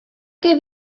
què